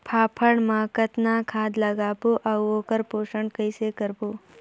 फाफण मा कतना खाद लगाबो अउ ओकर पोषण कइसे करबो?